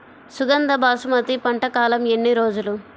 సుగంధ బాసుమతి పంట కాలం ఎన్ని రోజులు?